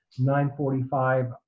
9.45